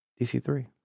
DC-3